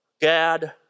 Gad